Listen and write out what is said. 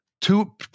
two